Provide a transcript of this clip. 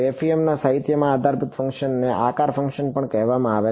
FEM સાહિત્યમાં આ આધારભૂત ફંકશનને આકાર ફંકશન પણ કહેવામાં આવે છે